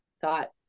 thought